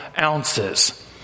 ounces